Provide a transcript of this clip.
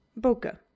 bokeh